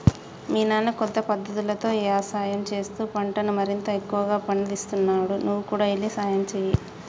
మీ నాన్న కొత్త పద్ధతులతో యవసాయం చేస్తూ పంటను మరింత ఎక్కువగా పందిస్తున్నాడు నువ్వు కూడా ఎల్లి సహాయంచేయి